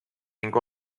ning